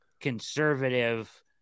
conservative